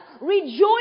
Rejoice